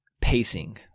pacing